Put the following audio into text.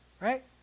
Right